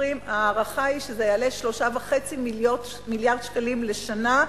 ההערכה היא שב-2020 זה יעלה 3.5 מיליארד שקלים לשנה,